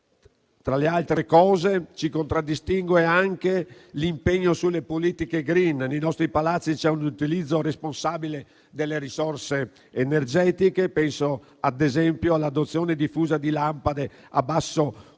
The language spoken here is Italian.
Tra le altre cose, ci contraddistingue anche l'impegno sulle politiche *green*: nei nostri Palazzi c'è un utilizzo responsabile delle risorse energetiche, penso ad esempio all'adozione diffusa di lampade a basso consumo